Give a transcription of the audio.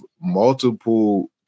multiple